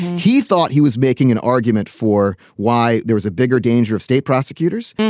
he thought he was making an argument for why there was a bigger danger of state prosecutors.